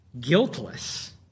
guiltless